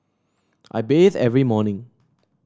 I bathe every morning